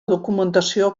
documentació